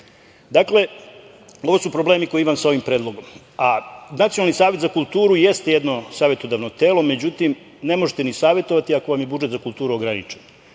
scene. Dakle, ovo su problemi koje imam sa ovim predlogom. Nacionalni savet za kulturu jeste jedno savetodavno telo. Međutim, ne možete ni savetovati ako vam je budžet za kulturu ograničen.